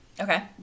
Okay